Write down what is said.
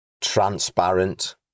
transparent